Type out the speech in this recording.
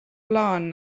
plaan